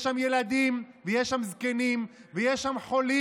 יש שם ילדים, ויש שם זקנים, ויש שם חולים,